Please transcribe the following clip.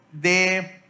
de